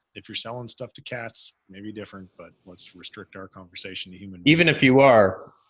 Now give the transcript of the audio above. if you're selling stuff to cats, maybe different. but let's restrict our conversation to human. even if you are,